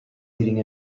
leading